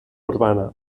urbana